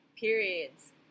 Periods